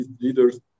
leaders